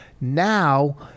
now